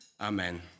amen